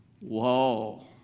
Whoa